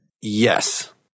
Yes